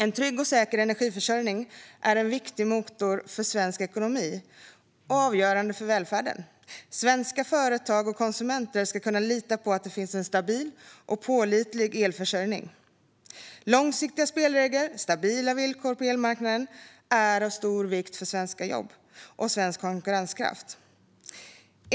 En trygg och säker energiförsörjning är en viktig motor för svensk ekonomi och avgörande för välfärden. Svenska företag och konsumenter ska kunna lita på att det finns en stabil och pålitlig elförsörjning. Långsiktiga spelregler och stabila villkor på elmarknaden är av stor vikt för svenska jobb och svensk konkurrenskraft.